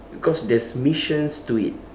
because there's missions to it